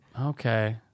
Okay